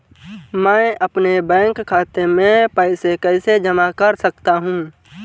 मैं अपने बैंक खाते में पैसे कैसे जमा कर सकता हूँ?